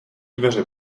dveře